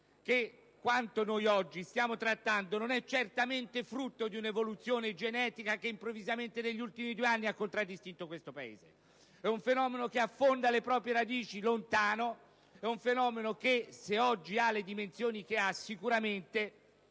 che quanto oggi stiamo trattando non è certamente frutto di un'evoluzione genetica che improvvisamente, negli ultimi due anni, ha contraddistinto questo Paese: è un fenomeno che affonda le proprie radici lontano; un fenomeno che, se oggi ha le dimensioni che ha, sicuramente